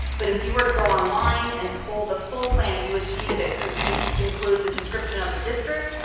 but if you were to go online and pull the full plan you would see that it it includes a description of the district,